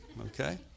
okay